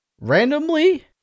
randomly